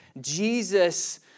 Jesus